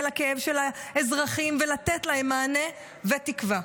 בכאב של האזרחים ולתת להם מענה ותקווה,